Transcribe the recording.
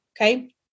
Okay